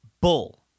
Bull